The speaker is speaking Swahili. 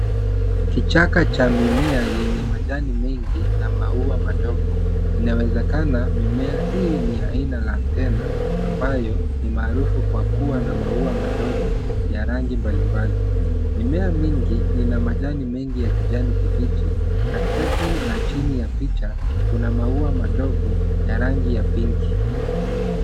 Kichaka cha mimea yenye majani mengi na maua madogo, inawezekana mimea hii ni ya aina la tena na ambayo ni maarufu kwa kuwa na maua madogo ya rangi mbalimbali. Mimea mingi ina majani mengi ya kijani kibichi, katikati na chini ya picha kuna maua madogo ya rangi ya pinki.